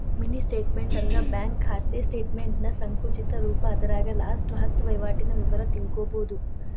mini statement ಅಂದ್ರ bank ಖಾತೆ ಸ್ಟೇಟಮೆಂಟ್ನ ಸಂಕುಚಿತ ರೂಪ ಅದರಾಗ ಲಾಸ್ಟ ಹತ್ತ ವಹಿವಾಟಿನ ವಿವರ ತಿಳ್ಕೋಬೋದು